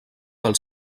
del